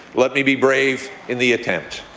let me be brave in the attempt.